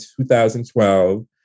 2012